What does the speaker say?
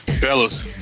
Fellas